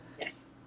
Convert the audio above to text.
Yes